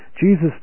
Jesus